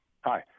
hi